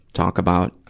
talk about, ah.